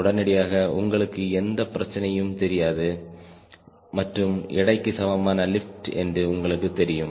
உடனடியாக உங்களுக்கு எந்த பிரச்சனையும் தெரியாது மற்றும் எடைக்கு சமமான லிப்ட் என்று உங்களுக்குத் தெரியும்